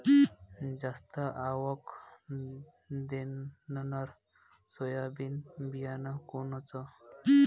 जास्त आवक देणनरं सोयाबीन बियानं कोनचं?